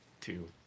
two